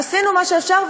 עשינו מה שאפשר,